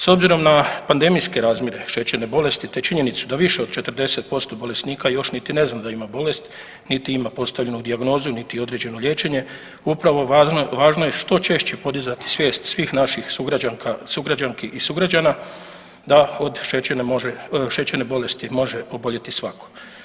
S obzirom na pandemijske razmjere šećerne bolesti, te činjenicu da više od 40% bolesnika još niti ne zna da ima bolest, niti ima postavljenu dijagnozu, niti određeno liječenje, upravo važno je što češće podizati svijest svih naših sugrađanka, sugrađanki i sugrađana da od šećerne može, šećerne bolesti može oboljeti svako.